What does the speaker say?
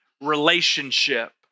relationship